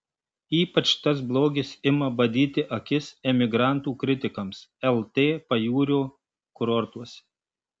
ypač tas blogis ima badyti akis emigrantų kritikams lt pajūrio kurortuose